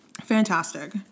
fantastic